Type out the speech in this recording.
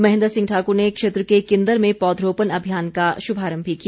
महेन्द्र सिंह ठाकुर ने क्षेत्र के किंदर में पौधरोपण अभियान का शुभारम्भ भी किया